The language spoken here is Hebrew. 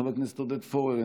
חבר הכנסת עודד פורר,